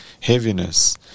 heaviness